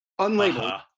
unlabeled